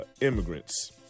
immigrants